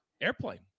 Airplane